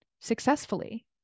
successfully